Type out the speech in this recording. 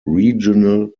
regional